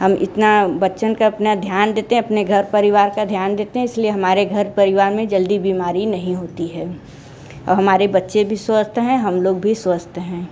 हम इतना बच्चन का अपना ध्यान देते अपने घर परिवार का ध्यान देते हैं इसलिए हमारे घर परिवार में जल्दी बीमारी नहीं होती है और हमारे बच्चे भी स्वस्थ हैं हम लोग भी स्वस्थ हैं